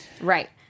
right